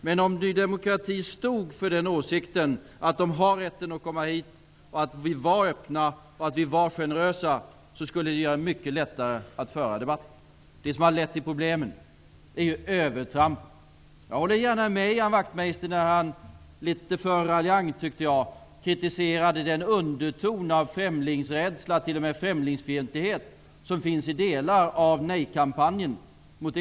Men om Ny demokrati stod för åsikten att människor från Bosnien har rätt att komma hit och att vi är öppna och generösa, skulle det vara mycket lättare att föra debatten. Det som har lett till problemen är ju övertrampen. Jag instämmer gärna i den kritik Ian Wachtmeister framförde -- fast han gjorde det litet för raljant, tyckte jag -- mot den underton av främlingsrädsla och t.o.m. främlingsfientlighet som finns i delar av kampanjen Nej till EG.